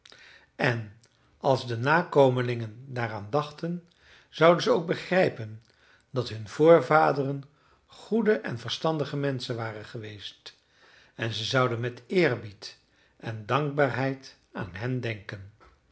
en als de nakomelingen daar aan dachten zouden ze ook begrijpen dat hun voorvaderen goede en verstandige menschen waren geweest en ze zouden met eerbied en dankbaarheid aan hen denken